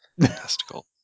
testicle